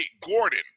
gordon